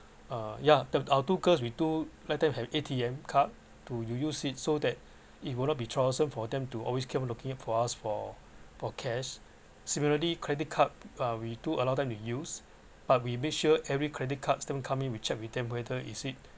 uh yeah our two girls we do let them have A_T_M card to use it so that it would not be troublesome for them to always came looking for us for for cash similarly credit card uh we do allow them to use but we make sure every credit cards statement coming we check with them whether is it